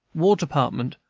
war department,